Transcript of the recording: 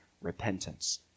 repentance